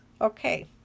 okay